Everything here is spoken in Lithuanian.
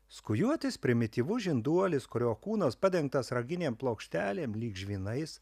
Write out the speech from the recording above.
skujutis primityvus žinduolis kurio kūnas padengtas raginėm plokštelėm lyg žvynais